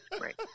Right